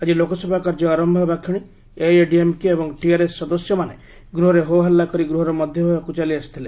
ଆଜି ଲୋକସଭା କାର୍ଯ୍ୟ ଆରମ୍ଭ ହେବା କ୍ଷଣି ଏଆଇଏଡିଏମ୍କେ ଏବଂ ଟିଆର୍ଏସ୍ ସଦସ୍ୟମାନେ ଗୃହରେ ହୋହଲ୍ଲା କରି ଗୃହର ମଧ୍ୟଭାଗକୁ ଚାଲିଆସିଥିଲେ